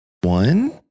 one